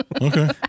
Okay